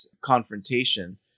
confrontation